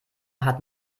hat